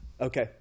Okay